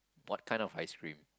what kind of ice cream